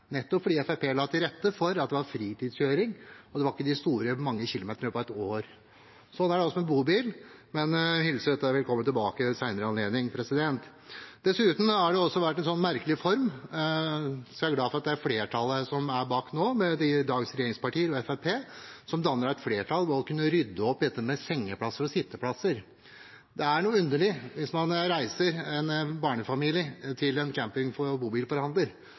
nettopp fordi Fremskrittspartiet la til rette for at det var fritidskjøring, og det var ikke så mange kilometer i løpet av et år. Sånn er det altså med bobil, men jeg hilser dette velkommen tilbake ved en senere anledning. Dessuten har det jo også vært en merkelig form, så jeg er glad for at flertallet som nå står bak, dagens regjeringsparti og Fremskrittspartiet, danner et flertall og kan rydde opp i dette med sengeplasser og sitteplasser. Det er noe underlig hvis en barnefamilie reiser til en camping- og bobilforhandler